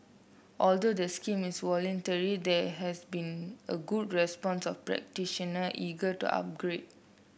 although the scheme is voluntary there has been a good response of practitioner eager to upgrade